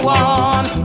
one